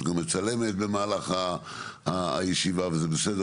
לא בדקו אצל חולי הסרטן וחולי הלב --- צודקת